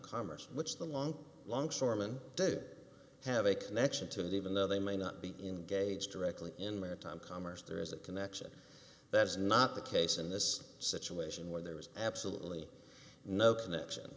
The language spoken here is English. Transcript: commerce which the long long storeman have a connection to that even though they may not be engaged directly in maritime commerce there is a connection that is not the case in this situation where there was absolutely no connection